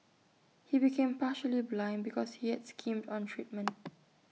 he became partially blind because he had skimmed on treatment